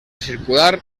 circular